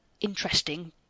interesting